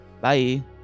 bye